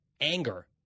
anger